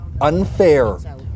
unfair